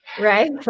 right